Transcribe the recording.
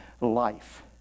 life